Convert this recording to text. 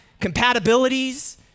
compatibilities